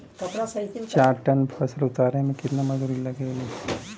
चार टन फसल उतारे में कितना मजदूरी लागेला?